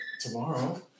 tomorrow